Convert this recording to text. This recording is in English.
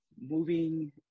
moving